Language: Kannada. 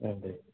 ಅದೇ